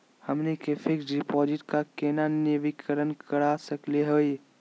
हमनी के fix deposit क केना नवीनीकरण करा सकली हो?